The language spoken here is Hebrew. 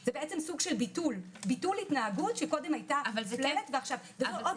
זה בעצם סוג של ביטול התנהגות שקודם הייתה מופללת ועכשיו לא.